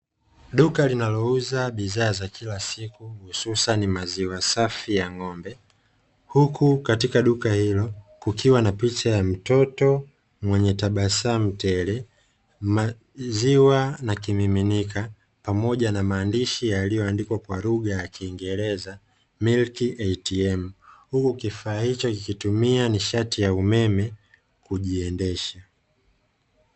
Duka linalouza bidhaa za kila siku hususani maziwa safi ya ng'ombe, huku katika duka hilo kukiwa na picha ya mtoto mwenye tabasamu tele, maziwa na kimiminika, pamoja na maandishi yaliyoandikwa kwa lugha ya kiingereza, "milk TM ", huku kifaa hicho kikitumia nishati ya umeme kujiendesha.